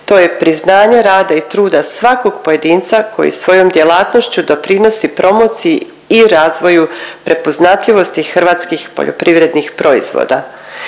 To je priznanje rada i truda svakog pojedinca koji svojom djelatnošću doprinosi promociji i razvoju prepoznatljivosti hrvatskih poljoprivrednih proizvoda.